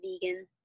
vegan